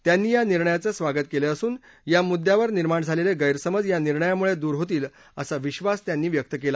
त्यांनी या निर्णयाचं स्वागत केलं असून यामुद्दयावर निर्माण झालेले गैरसमज या निर्णयामुळे दूर होतील असा विश्वास त्यांनी व्यक्त केला